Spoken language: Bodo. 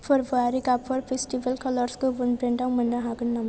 फोरबोआरि गाबफोर फेसटिभेल कालार्स गुबुन ब्रेन्डाव मोननो हागोन नामा